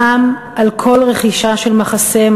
מע"מ על כל רכישת מחסה,